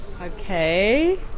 Okay